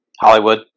hollywood